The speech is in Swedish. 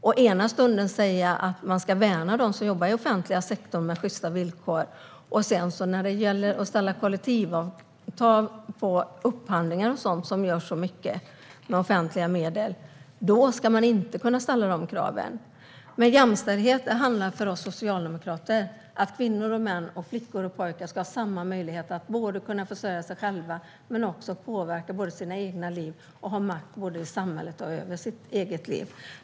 Å ena sidan säger man att man ska värna dem som jobbar i offentliga sektorn med sjysta villkor, och å andra sidan ska inte krav på kollektivavtal ställas vid upphandlingar med offentliga medel. Jämställdhet för oss socialdemokrater handlar om att kvinnor, män, flickor och pojkar ska ha samma möjligheter att försörja sig själva, påverka sina egna liv samt ha makt över samhället och det egna livet.